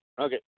okay